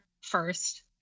first